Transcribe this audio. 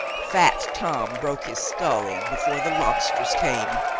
fat tom broke his skull in before the lobsters came.